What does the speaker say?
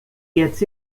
gets